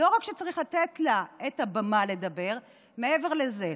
לא רק צריך לתת לה את הבמה לדבר, מעבר לזה,